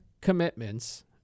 commitments